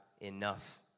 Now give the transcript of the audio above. enough